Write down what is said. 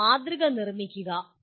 ഒരു മാതൃക നിർമ്മിക്കുക